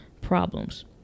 problems